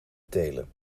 telen